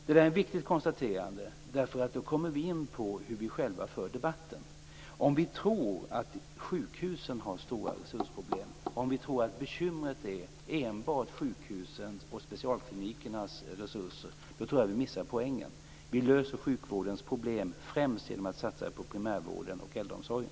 Detta är ett viktigt konstaterande. Då kommer vi in på hur vi själva för debatten. Om vi tror att sjukhusen har stora resursproblem, om vi tror att bekymret enbart gäller sjukhusens och specialklinikernas resurser missar vi poängen. Vi löser sjukvårdens problem främst genom att satsa på primärvården och äldreomsorgen.